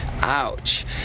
Ouch